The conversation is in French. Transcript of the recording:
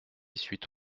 suite